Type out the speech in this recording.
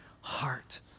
heart